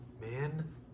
man